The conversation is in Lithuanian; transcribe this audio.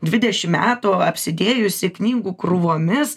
dvidešimt metų apsidėjusi knygų krūvomis